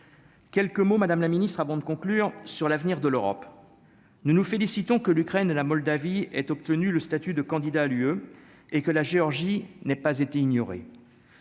Quelques mots, madame la ministre, avant de conclure sur l'avenir de l'Europe, nous nous félicitons que l'Ukraine, la Moldavie ait obtenu le statut de candidat à l'UE et que la Géorgie n'ait pas été ignoré.